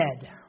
dead